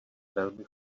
velmi